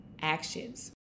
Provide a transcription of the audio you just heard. actions